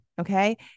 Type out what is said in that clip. Okay